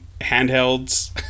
handhelds